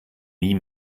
nie